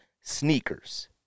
sneakers